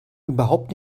überhaupt